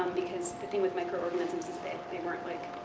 because, the thing with microorganisms is that they weren't like